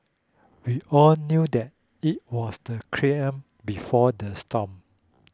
we all knew that it was the before the storm